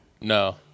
No